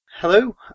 Hello